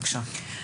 בבקשה.